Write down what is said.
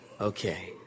okay